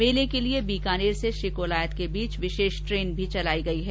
मेले के लिये बीकानेर से श्रीकोलायत के बीच विशेष ट्रेन भी चलाई गई है